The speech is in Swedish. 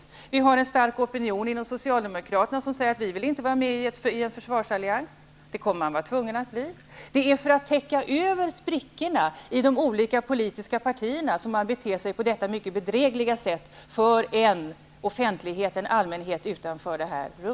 Det finns en stark opinion inom Socialdemokraterna som säger att de inte vill vara med i en försvarsallians. Det kommer man att bli tvungen till. Det är för att täcka över sprickorna i de olika politiska partierna som man beter sig på detta mycket bedrägliga sätt, för en allmänhet utanför detta rum.